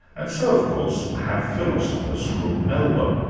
and so of course have philosophers from melbourne.